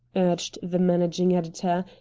urged the managing editor,